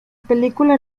película